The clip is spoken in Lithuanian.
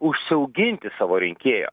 užsiauginti savo rinkėjo